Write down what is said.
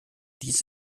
dies